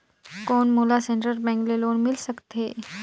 कौन मोला central bank ले लोन मिल सकथे?